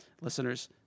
listeners